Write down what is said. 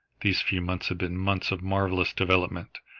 these few months had been months of marvellous development.